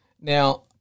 Now